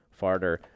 Farter